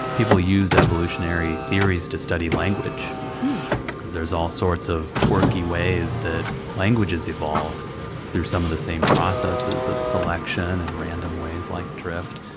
people use evolutionary theories to study language because there's all sorts of quirky ways that languages evolve through some of the same processes of selection and random ways like drift.